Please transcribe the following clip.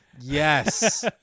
Yes